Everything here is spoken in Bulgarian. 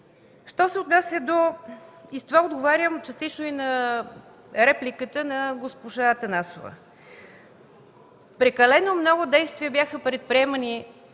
за своята дейност. С това отговарям частично и на репликата на госпожа Атанасова – прекалено много действия бяха предприемани